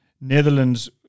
Netherlands